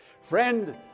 Friend